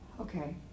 Okay